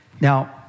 Now